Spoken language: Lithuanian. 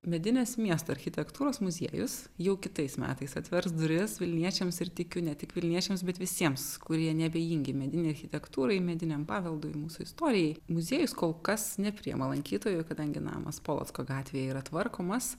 medinės miesto architektūros muziejus jau kitais metais atvers duris vilniečiams ir tikiu ne tik vilniečiams bet visiems kurie neabejingi medinei achitektūrai mediniam paveldui mūsų istorijai muziejus kol kas nepriima lankytojų kadangi namas polocko gatvėje yra tvarkomas